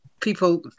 people